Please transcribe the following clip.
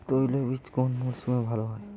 তৈলবীজ কোন মরশুমে ভাল হয়?